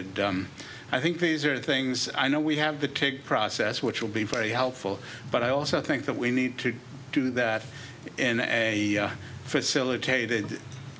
d i think these are things i know we have the tick process which will be very helpful but i also think that we need to do that in a facilitated